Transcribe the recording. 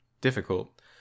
difficult